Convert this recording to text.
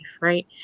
Right